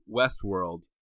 westworld